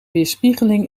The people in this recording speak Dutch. weerspiegeling